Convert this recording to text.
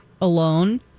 alone